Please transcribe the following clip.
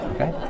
Okay